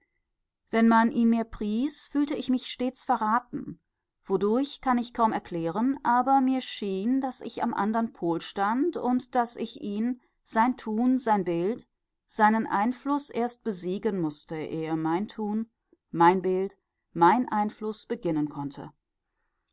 wenn man mir ihn pries fühlte ich mich stets verraten wodurch kann ich kaum erklären aber mir schien daß ich am andern pol stand und daß ich ihn sein tun sein bild seinen einfluß erst besiegen mußte ehe mein tun mein bild mein einfluß beginnen konnte